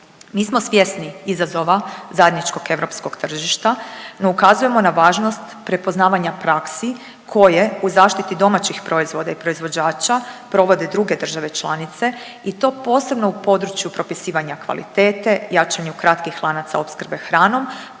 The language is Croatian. Mi smo svjesni izazova zajedničkog europskog tržišta, no ukazujemo na važnost prepoznavanja praksi koje u zaštiti domaćih proizvoda i proizvođača provode druge države članice i to posebno u području propisivanja kvalitete, jačanju kratkih lanaca opskrbe hranom,